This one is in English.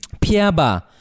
Piaba